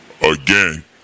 again